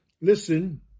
listen